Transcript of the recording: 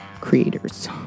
creators